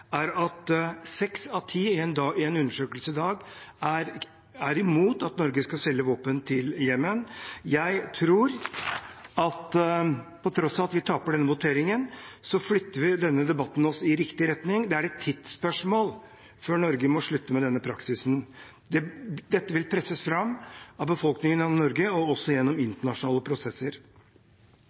er at seks av ti i en undersøkelse i dag er imot at Norge skal selge våpen til Jemen. Jeg tror at på tross av at vi taper denne voteringen, flytter debatten oss i riktig retning. Det er et tidsspørsmål før Norge må slutte med denne praksisen. Dette vil presses fram av befolkningen i Norge og også gjennom internasjonale prosesser.